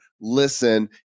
Listen